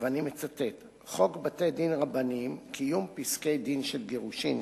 "חוק בתי-דין רבניים (קיום פסקי-דין של גירושין),